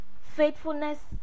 Faithfulness